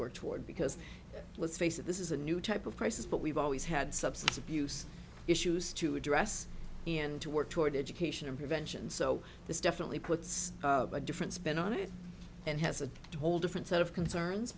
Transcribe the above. worked toward because let's face it this is a new type of crisis but we've always had substance abuse issues to address and to work toward education and prevention so this definitely puts a different spin on it and has a whole different set of concerns